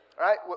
right